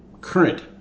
current